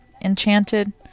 enchanted